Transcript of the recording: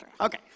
Okay